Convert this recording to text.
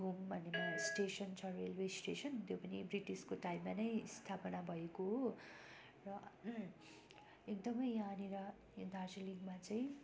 घुम भन्ने एउटा स्टेसन छ रेलवे स्टेसन त्यो पनि ब्रिटिसको टाइममा नै स्थापना भएको हो र एकदम यहाँनेर यो दार्जिलिङमा चाहिँ